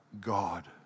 God